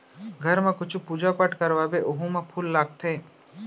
घर म कुछु पूजा पाठ करवाबे ओहू म फूल लागथे